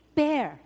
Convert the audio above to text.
bear